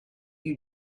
you